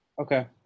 Okay